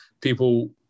people